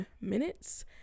minutes